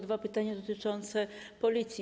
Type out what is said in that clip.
Dwa pytania dotyczące Policji.